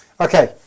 Okay